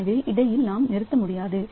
எனவே இடையில் நாம் நிறுத்த முடியாது